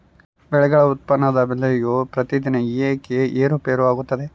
ಬೆಳೆಗಳ ಉತ್ಪನ್ನದ ಬೆಲೆಯು ಪ್ರತಿದಿನ ಏಕೆ ಏರುಪೇರು ಆಗುತ್ತದೆ?